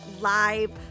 live